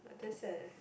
but that's sad leh